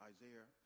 Isaiah